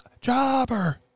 jobber